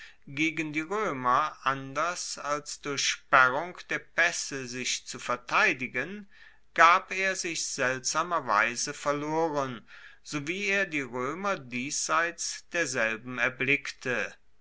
gegen die roemer anders als durch sperrung der paesse sich zu verteidigen gab er sich seltsamerweise verloren sowie er die roemer diesseits derselben erblickte